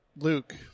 Luke